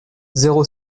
zéro